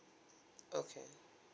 okay